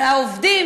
אבל העובדים